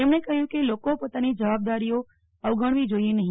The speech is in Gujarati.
તેમણે કહ્યું કે લોકો પોતાની જવાબદારીઓ અવગણવી જોઇએ નહી